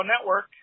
Network